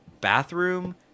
bathroom